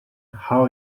how